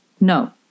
No